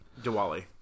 Diwali